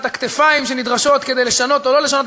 הכתפיים שנדרשות כדי לשנות או לא לשנות,